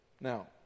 Now